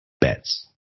bets